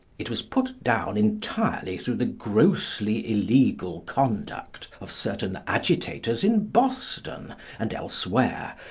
it was put down entirely through the grossly illegal conduct of certain agitators in boston and elsewhere,